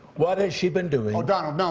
what has she been doing donald, no,